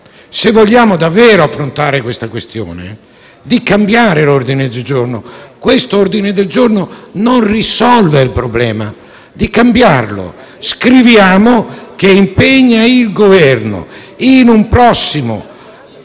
se vogliamo davvero affrontare la questione - di cambiare l'ordine del giorno in esame. Questo ordine del giorno non risolve il problema, cambiamolo, scriviamo: «si impegna il Governo, in un prossimo